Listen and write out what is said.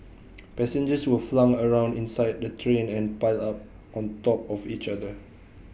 passengers were flung around inside the train and piled on top of each other